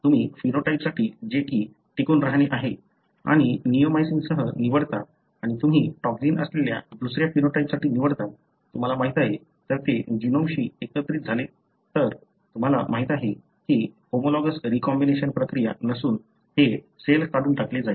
तुम्ही फिनोटाइपसाठी जे की टिकून राहणे आहे आणि निओमायसीनसह निवडता आणि तुम्ही टॉक्सिन असलेल्या दुसऱ्या फिनोटाइपसाठी निवडता तुम्हाला माहिती आहे जर ते जीनोमशी एकत्रित झाले तर तुम्हाला माहिती आहे ही होमोलॉगस रीकॉम्बिनेशन प्रक्रिया नसून हे सेल काढून टाकले जाईल